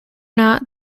not